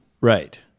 Right